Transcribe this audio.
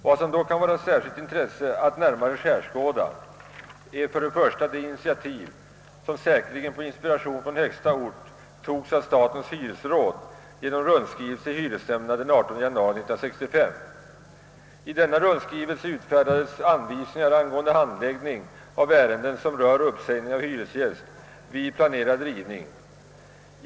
Vad som då kan vara av intresse att närmare skärskåda är bl.a. det initiativ som säkerligen på inspiration från högsta ort togs av statens hyresråd genom en rundskrivelse till hyresnämnden den 18 januari 1965. I denna rundskrivelse utfärdades anvisningar angående handläggningen av ärenden som rör uppsägning av hyresgäst vid planerad rivning.